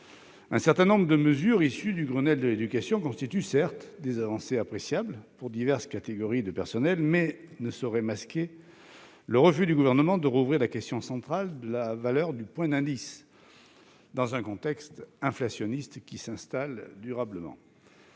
Certes, plusieurs mesures issues du Grenelle de l'éducation constituent des avancées appréciables pour diverses catégories de personnel, mais elles ne sauraient masquer le refus du Gouvernement d'ouvrir la question centrale de la revalorisation du point d'indice, alors qu'un contexte inflationniste s'installe durablement.